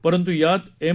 परंतु यात एम